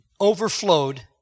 overflowed